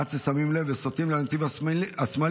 עד ששמים לב וסוטים לנתיב השמאלי,